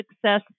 success